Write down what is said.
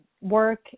work